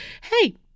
Hey